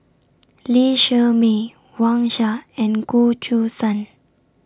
Lee Shermay Wang Sha and Goh Choo San